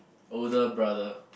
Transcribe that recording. older brother